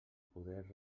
poder